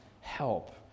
help